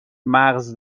مغز